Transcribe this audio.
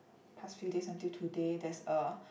past few days until today there's a